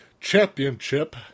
Championship